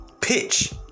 pitch